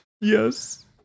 Yes